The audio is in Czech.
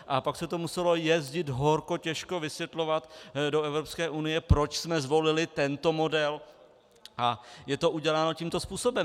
A pak se to muselo jezdit horko těžko vysvětlovat do EU, proč jsme zvolili tento model a je to uděláno tímto způsobem.